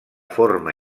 forma